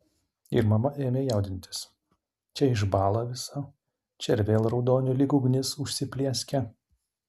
ir mama ėmė jaudintis čia išbąla visa čia ir vėl raudoniu lyg ugnis užsiplieskia